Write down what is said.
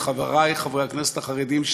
את חברי חברי הכנסת החרדים,